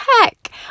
heck